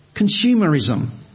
consumerism